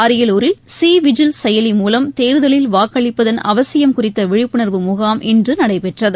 அரியலூரில் சிவிஜில் செயலி மூலம் தேர்தலில் வாக்களிப்பதன் அவசியம் குறித்தவிழிப்புணர்வு முகாம் இன்றுநடைபெற்றது